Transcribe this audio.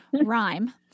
rhyme